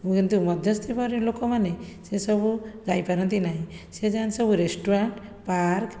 କିନ୍ତୁ ମଧ୍ୟସ୍ଥି ପରି ଲୋକମାନେ ସେସବୁ ଯାଇପାରନ୍ତି ନାହିଁ ସେ ଯାଆନ୍ତି ସବୁ ରେସ୍ତୋରାଁ ପାର୍କ